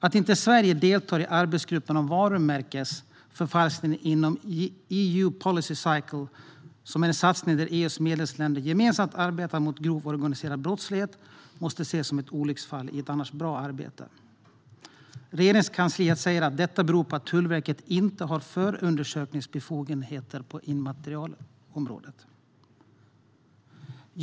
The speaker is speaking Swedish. Att Sverige inte deltar i arbetsgruppen om varumärkesförfalskning inom EU Policy Cycle, som är en satsning där EU:s medlemsländer gemensamt arbetar mot grov organiserad brottslighet, måste ses som ett olycksfall i ett annars bra arbete. Regeringskansliet säger att det beror på att Tullverket inte har förundersökningsbefogenheter på immaterialrättsområdet.